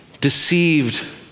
deceived